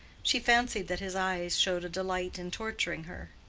she fancied that his eyes showed a delight in torturing her.